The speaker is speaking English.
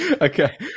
Okay